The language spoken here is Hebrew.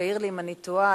ותעיר לי אם אני טועה,